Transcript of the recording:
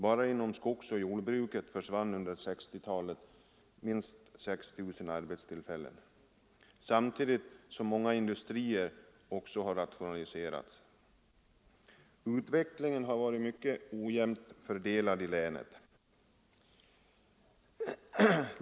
Bara inom skogsoch jordbruket försvann under 1960-talet ca 6 000 arbetstillfällen samtidigt som många industrier har rationaliserats. Utvecklingen har varit mycket ojämnt fördelad i länet.